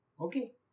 Okay